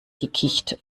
dickicht